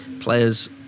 players